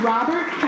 Robert